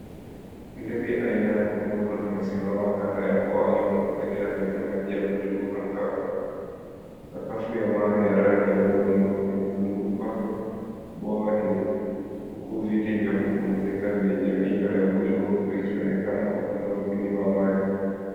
Ndege aina ya kunguru amesimama kando bwawa la kuogelea, lenye maji ya buluu angavu. Sakafu ya mawe ya rangi ya udongo imezunguka bwawa hili, huku viti vya kupumzika vyenye mito ya buluu vikionekana upande wa pili wa maji.